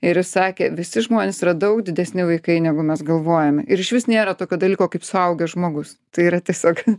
ir jis sakė visi žmonės yra daug didesni vaikai negu mes galvojame ir išvis nėra tokio dalyko kaip suaugęs žmogus tai yra tiesiog